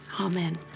Amen